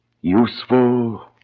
useful